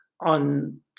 on